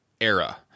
era